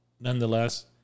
Nonetheless